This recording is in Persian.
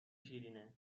شیرینه